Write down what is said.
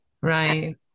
Right